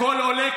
הכול עולה.